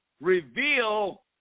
reveal